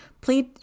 please